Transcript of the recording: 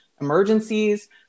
Emergencies